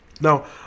Now